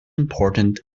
important